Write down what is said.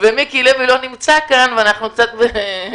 ומיקי לוי לא נמצא כאן ואנחנו קצת ב....